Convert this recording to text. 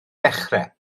dechrau